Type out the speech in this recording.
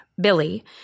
Billy